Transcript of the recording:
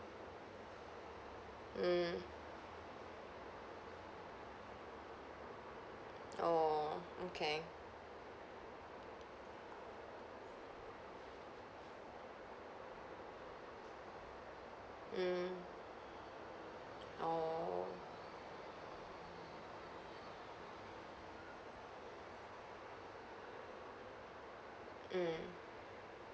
mm oh okay mm oh mm mm